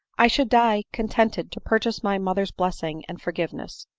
i should die contented to purchase my mother's blessing and forgiveness.